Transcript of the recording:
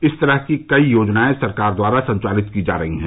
इस तरह की कई योजनाएं सरकार द्वारा संचालित की जा रही हैं